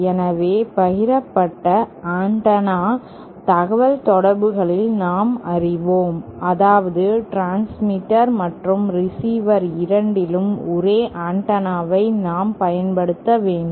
எனவே பகிரப்பட்ட ஆண்டெனா தகவல்தொடர்புகளில் நாம் அறிவோம் அதாவது டிரான்ஸ்மிட்டர் மற்றும் ரிசீவர் இரண்டிலும் ஒரே ஆண்டெனாவை நாம் பயன்படுத்த வேண்டும்